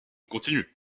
continue